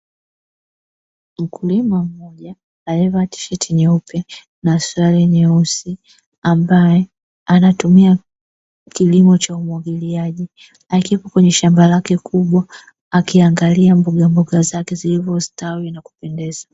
Mkulima mmoja aliyevaa tisheti nyeupe na suruali nyeusi ambaye anatumia kilimo cha umwagiliaji akiwepo kwenye shamba lake kubwa akiangalia mbogamboga zake zilivyostawi na kupendeza.